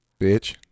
Bitch